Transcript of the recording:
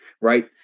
right